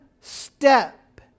step